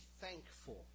thankful